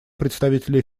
представителя